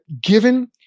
given